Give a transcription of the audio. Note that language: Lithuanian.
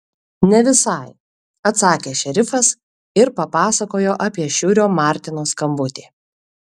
ne visai atsakė šerifas ir papasakojo apie šiurio martino skambutį